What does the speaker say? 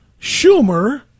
Schumer